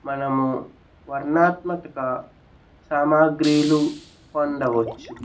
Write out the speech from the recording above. మనము వర్ణాత్మక సామాగ్రీలు పొందవచ్చు